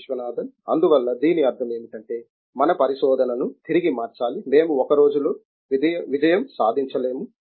విశ్వనాథన్ అందువల్ల దీని అర్థం ఏమిటంటే మన పరిశోధనను తిరిగి మార్చాలి మేము ఒక రోజులో విజయం సాధించలేము